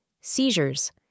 seizures